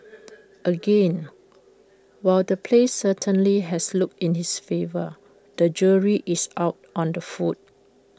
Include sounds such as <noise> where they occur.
<noise> again while the place certainly has looks in its favour the jury is out on the food